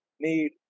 need